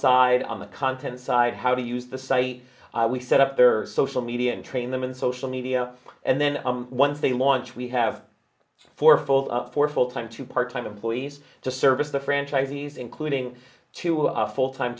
side on the content side how to use the site we set up their social media and train them in social media and then once they launch we have four fold up for full time two part time employees to service the franchisees including two full time